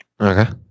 Okay